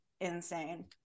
insane